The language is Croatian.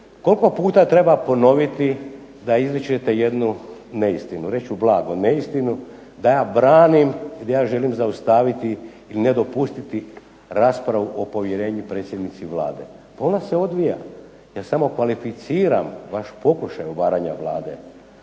koliko puta treba ponoviti da izričete jednu neistinu? Reći ću blago neistinu da branim i da ja želim zaustaviti i ne dopustiti raspravu o povjerenju predsjednici Vlade? Pa ona se odvija. Ja samo kvalificiram vaš pokušaj obaranja Vlade.